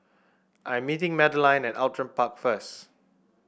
I am meeting Madeline at Outram Park first